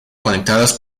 conectadas